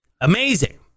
Amazing